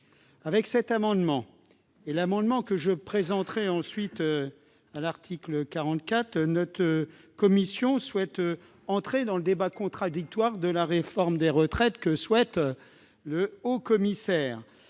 Avec cet amendement et celui que je présenterai ensuite à l'article 44, notre commission entend prendre part au débat contradictoire sur la réforme des retraites que souhaite le haut-commissaire